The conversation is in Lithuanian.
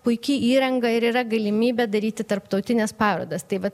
puiki įranga ir yra galimybė daryti tarptautines parodas taip vat